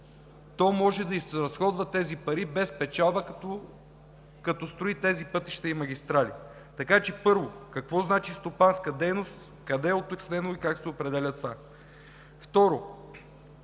може да изразходва тези пари без печалба, като строи пътища и магистрали. Така че, първо, какво значи стопанска дейност, къде е уточнено и как се определя това?